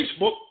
Facebook